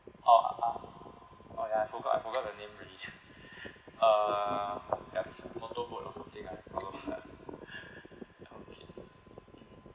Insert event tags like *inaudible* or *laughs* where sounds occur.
oh uh oh ya I forgot I forgot the name already *laughs* uh ya it's a motorboat or something like okay